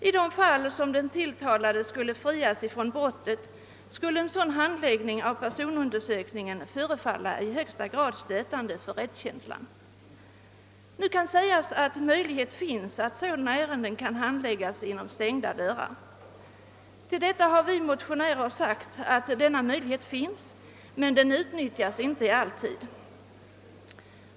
I de fall där den tilltalade frias från brottet skulle en sådan handläggning av personundersökningen förefalla i högsta grad stötande för rättskänslan. Nu kan sägas att möjlighet finns att handlägga sådana ärenden inom stängda dörrar. Denna möjlighet har också vi motionärer konstaterat, men den utnyttjas inte alltid.